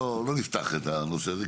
לא נפתח את הנושא הזה,